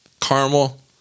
caramel